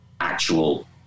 actual